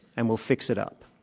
and we'll fix it up.